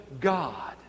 God